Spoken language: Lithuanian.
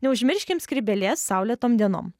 neužmirškim skrybėlės saulėtom dienom